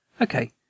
Okay